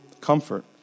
comfort